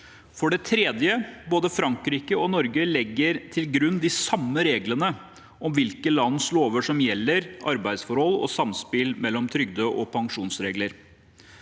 For det tredje: Både Frankrike og Norge legger til grunn de samme reglene om hvilke lands lover som gjelder arbeidsforhold og samspillet mellom trygde- og pensjonsregler.